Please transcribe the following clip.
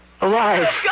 Alive